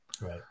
Right